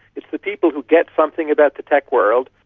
it's the people who get something about the tech world,